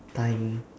time